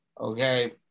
Okay